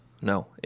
no